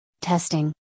Testing